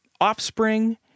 offspring